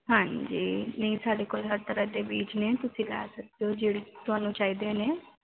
ਹਾਂਜੀ ਨਹੀਂ ਸਾਡੇ ਕੋਲ ਹਰ ਤਰ੍ਹਾਂ ਦੇ ਬੀਜ ਨੇ ਤੁਸੀਂ ਲੈ ਸਕਦੇ ਹੋ ਜਿਹੜੇ ਤੁਹਾਨੂੰ ਚਾਹੀਦੇ ਨੇ